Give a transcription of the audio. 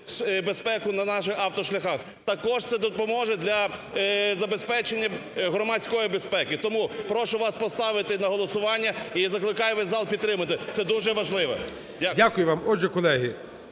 безпеку на наших автошляхах. Також це допоможе для забезпечення громадської безпеки. Тому прошу вас поставити на голосування і закликаю весь зал підтримати. Це дуже важливо. Дякую.